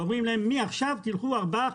אומרים להם: "מעכשיו תלכו ארבעה,